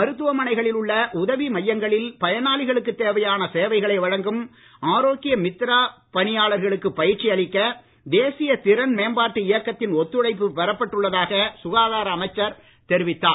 மருத்துவமனைகளில் உள்ள உதவி மையங்களில் பயனாளிகளுக்குத் தேவையான சேவைகளை வழங்கும் ஆரோக்ய மித்ரா பணியாளர்களுக்கு பயிற்சி அளிக்க தேசிய திறன் மேம்பாட்டு இயக்கத்தின் ஒத்துழைப்பு பெறப்பட்டுள்ளதாக சுகாதார அமைச்சர் தெரிவித்தார்